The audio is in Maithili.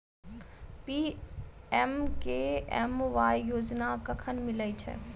पी.एम.के.एम.वाई योजना कखन मिलय छै?